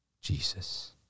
Jesus